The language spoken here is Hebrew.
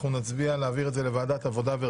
נצביע כעת על ההמלצה להעביר לוועדת החוקה.